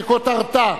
שכותרתה: